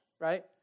right